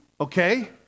okay